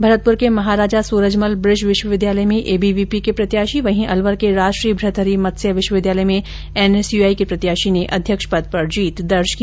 भरतपुर के महाराजा सूरजमल बुज विश्वविद्यालय में एबीवीपी के प्रत्याशी वहीं अलवर के राजश्री भृतहरि मत्स्य विश्वविद्यालय में एनएसयूआई के प्रत्याशी ने अध्यक्ष पद पर जीत दर्ज की